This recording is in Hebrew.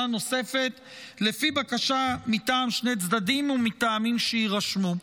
נוספת לפי בקשה מטעם שני צדדים ומטעמים שיירשמו.